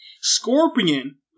Scorpion